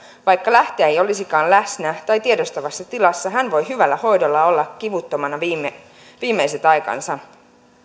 vaikka lähtijä ei olisikaan läsnä tai tiedostavassa tilassa hän voi hyvällä hoidolla olla kivuttomana viimeiset aikansa